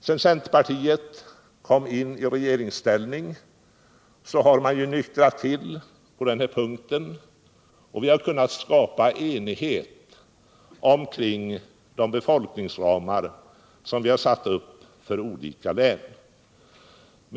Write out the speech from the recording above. Sedan centerpartiet kom i regeringsställning har det nyktrat till på den här punkten, och vi har kunnat skapa enighet om de befolkningsramar som satts upp för olika län.